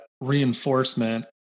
reinforcement